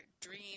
dream